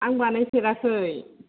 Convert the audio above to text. आं बानायफेराखै